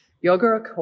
Yoga